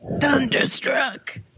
Thunderstruck